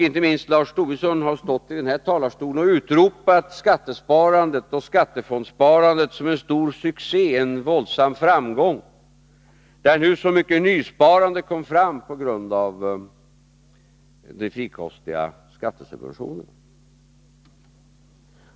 Inte minst Lars Tobisson har stått i den här talarstolen och utropat skattesparandet och skattefondssparandet som en stor succé, en våldsam framgång, där mycket nysparande kom fram på grund av de frikostiga skattesubventionerna.